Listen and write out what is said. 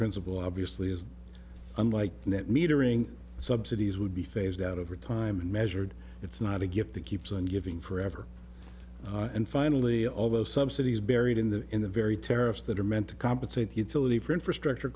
principle obviously is unlike net metering subsidies would be phased out over time and measured it's not a gift that keeps on giving forever and finally although subsidies buried in the in the very tariffs that are meant to compensate utility for infrastructure